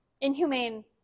inhumane